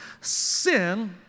Sin